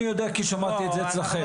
אני יודע כי שמעתי את זה אצלכם,